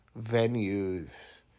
venues